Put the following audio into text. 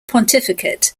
pontificate